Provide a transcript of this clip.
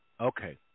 Okay